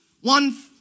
one